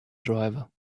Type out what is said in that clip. driver